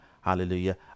hallelujah